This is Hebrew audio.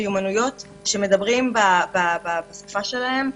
מיומנויות שמדברים בשפה שלהם,